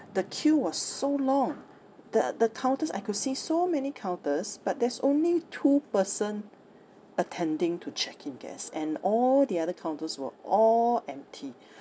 the queue was so long the the counters I could see so many counters but there's only two person attending to check in guests and all the other counters were all empty